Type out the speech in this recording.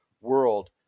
world